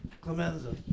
Clemenza